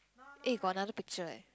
eh got another picture eh